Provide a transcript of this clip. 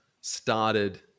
started